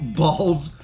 bald